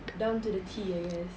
down to the T I guess